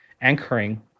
anchoring